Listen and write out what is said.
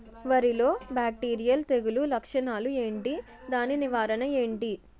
వరి లో బ్యాక్టీరియల్ తెగులు లక్షణాలు ఏంటి? దాని నివారణ ఏంటి?